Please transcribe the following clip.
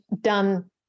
done